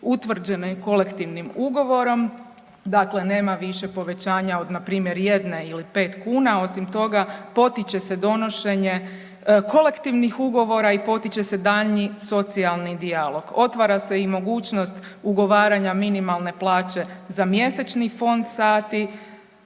utvrđenoj kolektivnim ugovorom, dakle nema više povećanja od npr. jedne ili pet kuna, osim toga potiče se donošenje kolektivnih ugovora i potiče se daljnji socijalni dijalog. Otvara se i mogućnost ugovaranja minimalne plaće za mjesečni fond sati.